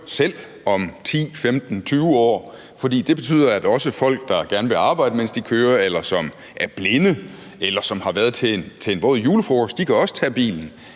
selv – om 10, 15, 20 år – for det betyder, at også folk, der gerne vil arbejde, mens de kører, eller som er blinde, eller som har været til en våd julefrokost, også kan tage bilen.